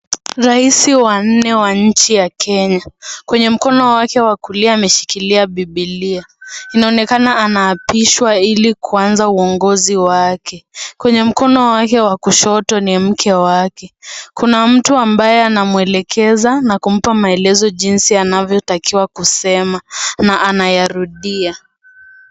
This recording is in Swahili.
Raisi wa nne wa nchi ya Kenya, kwenye mkono wake wa kulia ameshikilia bibilia, inaonekana anaapishwa ili kuanza uongozi wake, kwenye mkono wake wa kushoto ni mke wake, kuna mtu ambaye anamwelekeza na kumpa maelezo jinsi anavyotakiwa kusema na anayarudia.